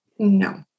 no